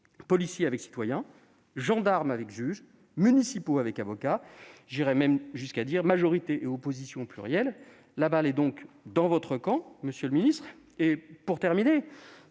policiers avec citoyens, gendarmes avec juges, municipaux avec avocats et j'irais même jusqu'à dire : majorité avec oppositions ! La balle est donc dans votre camp, monsieur le ministre. Puisque,